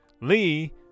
Lee